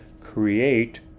create